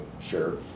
sure